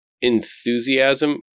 enthusiasm